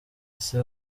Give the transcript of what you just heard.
ese